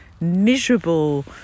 miserable